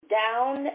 down